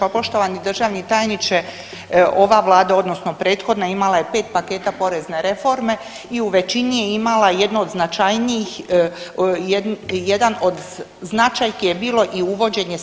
Pa poštovani državni tajniče ova Vlada odnosno prethodna imala je 5 paketa porezne reforme i u većini je imala jednu od značajnijih, jedan od značajki je bio i uvođenje